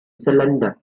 cylinder